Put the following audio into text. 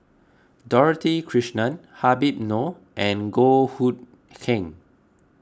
Dorothy Krishnan Habib Noh and Goh Hood Keng